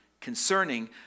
concerning